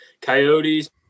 coyotes